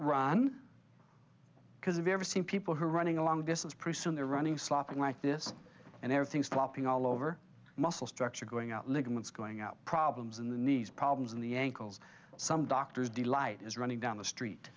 run because i've ever seen people who are running a long distance pretty soon they're running slopping like this and there are things flopping all over muscle structure going out ligaments going up problems in the knees problems in the ankles some doctors delight is running down the street